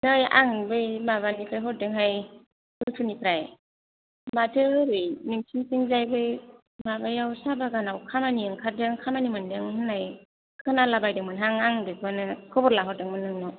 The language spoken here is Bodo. नै आं बै माबानिफ्राय हरदोंहाय हलथुनिफ्राय माथो ओरै नोंसिनिथिंजाय बे माबायाव साहा बागानाव खामानि ओंखारदों खामानिमोनदों होननाय खोनालाबायदोंमोनहां आं बेखौनो खबर लाहरदोंमोन नोंनाव